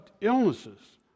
illnesses